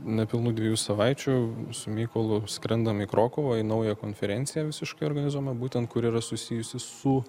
nepilnų dviejų savaičių su mykolu skrendam į krokuvą į naują konferenciją visiškai organizuojamą būtent kur yra susijusi su